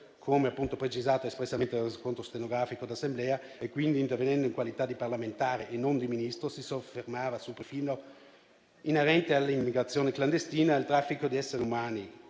come appunto precisato espressamente dal Resoconto stenografico d'Assemblea, quindi intervenendo in qualità di parlamentare e non di Ministro, si soffermava sul profilo inerente all'immigrazione clandestina e al traffico di esseri umani